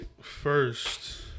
First